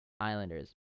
Islanders